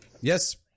Yes